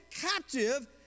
captive